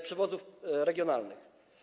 Przewozów Regionalnych.